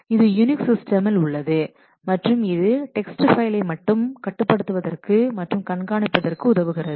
இது யூனிக்ஸ் சிஸ்டமில் உள்ளது மற்றும் இது டெக்ஸ்ட் ஃபைலை மட்டும் கட்டுப்படுத்துவதற்கு மற்றும் கண்காணிப்பதற்கு உதவுகிறது